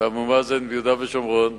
באבו מאזן ביהודה ושומרון.